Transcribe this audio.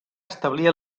establir